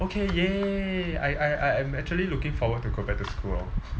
okay !yay! I I I actually am looking forward to go back to school lor